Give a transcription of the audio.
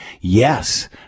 Yes